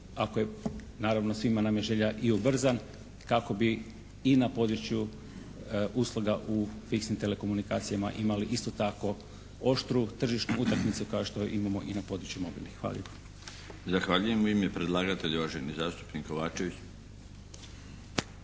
ako je naravno svima nam je želja i ubrzan kako bi i na području usluga u fiksnim telekomunikacijama imali isto tako oštru tržišnu utakmicu kao što je imamo i na području mobilnih. Hvala lijepa. **Milinović, Darko (HDZ)** Zahvaljujem. U ime predlagatelja uvaženi zastupnik Kovačević.